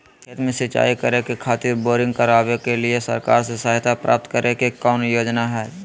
खेत में सिंचाई करे खातिर बोरिंग करावे के लिए सरकार से सहायता प्राप्त करें के कौन योजना हय?